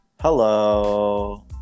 Hello